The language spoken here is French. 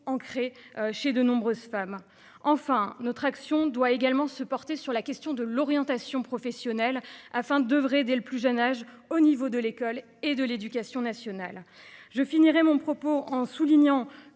ancrée chez de nombreuses femmes enfin notre action doit également se porter sur la question de l'orientation professionnelle afin d'oeuvrer dès le plus jeune âge. Au niveau de l'école et de l'éducation nationale je finirai mon propos en soulignant